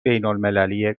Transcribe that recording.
بینالمللی